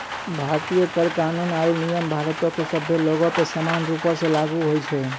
भारतीय कर कानून आरु नियम भारतो के सभ्भे लोगो पे समान रूपो से लागू होय छै